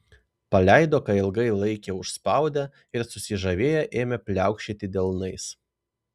paleido ką ilgai laikė užspaudę ir susižavėję ėmė pliaukšėti delnais